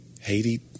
Haiti